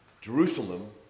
Jerusalem